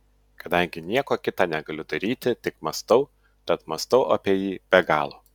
kadangi nieko kita negaliu daryti tik mąstau tad mąstau apie jį be galo